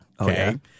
okay